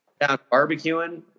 Barbecuing